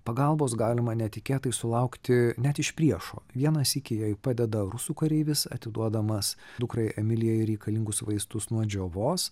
pagalbos galima netikėtai sulaukti net iš priešo vieną sykį jai padeda rusų kareivis atiduodamas dukrai emilijai reikalingus vaistus nuo džiovos